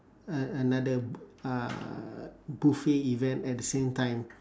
a~ another uh buffet event at the same time